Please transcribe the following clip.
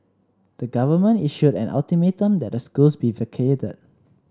the government issued an ultimatum that the schools be vacated